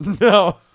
no